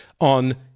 on